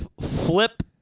Flip